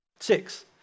Six